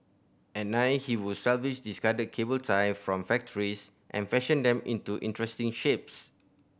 at nine he would salvage discarded cable tie from factories and fashion them into interesting shapes